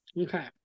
Okay